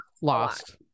lost